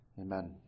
Amen